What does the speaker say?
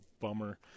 bummer